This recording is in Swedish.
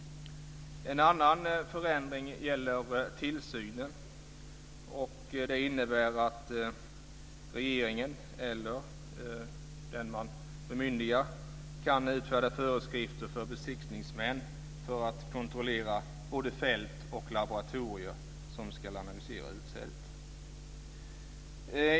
En annan förändring gäller tillsynen. Det innebär att regeringen eller den man bemyndigar kan utfärda föreskrifter för besiktningsmän för att kontrollera både fält och laboratorier som ska analysera utsädet.